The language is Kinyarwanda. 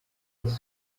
ati